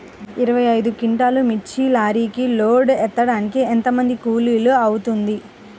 ఇరవై ఐదు క్వింటాల్లు మిర్చి లారీకి లోడ్ ఎత్తడానికి ఎంత కూలి అవుతుంది?